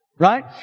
right